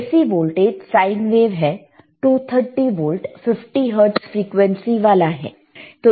AC voltage sine wave है 230 volt 50 hertz frequency वाला है